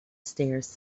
stairs